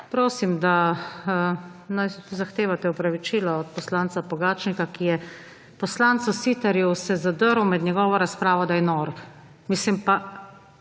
Prosim, da zahtevate opravičilo od poslanca Pogačnika, ki je poslancu Siterju se zadrl med njegovo razpravo, da je nor. Mislim pa…